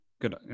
good